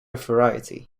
variety